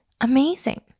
amazing